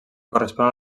correspon